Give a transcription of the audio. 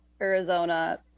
Arizona